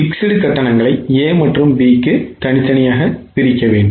Fixed கட்டணங்களை A மற்றும் B க்கு தனித்தனியாக பிரிக்கவேண்டும்